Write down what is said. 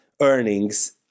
earnings